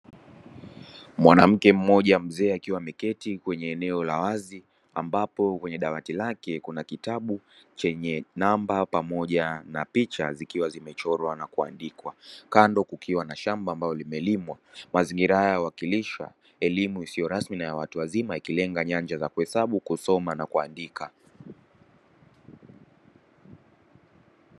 Mwanamke mmoja mzee akiwa ameketi kwenye eneo la wazi ambapo kwenye dawati lake kuna kitabu chenye namba pamoja na picha zikiwa zimechorwa na kuandikwa kando kukiwa na shamba limelimwa. Mazingira haya huwakilisha elimu isiyo rasmi na ya watu wazima ikilenga nyanja za kuhesabu, kusoma na kuandika.